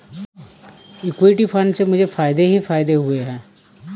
equity fund से मुझे फ़ायदे ही फ़ायदे हुए हैं